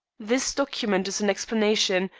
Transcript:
this document is an explanation,